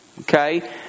Okay